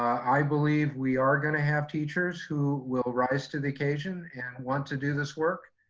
i believe we are gonna have teachers who will rise to the occasion and want to do this work.